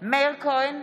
מאיר כהן,